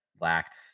lacked